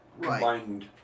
combined